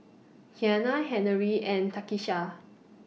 Kiana Henery and Takisha